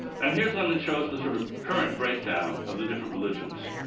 and here's one that shows the sort of current breakdown of the different religions.